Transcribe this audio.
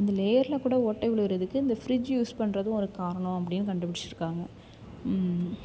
அந்த லேயரில் கூட ஓட்டை உழுறதுக்கு இந்த ஃப்ரிட்ஜ் யூஸ் பண்ணுறதும் ஒரு காரணம் அப்படின்னு கண்டுபிடிச்சிருக்காங்க